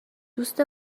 دوست